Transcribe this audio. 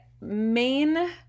main